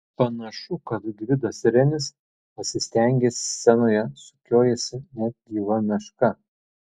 panašu kad gvidas renis pasistengė scenoje sukiojasi net gyva meška